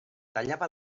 tallava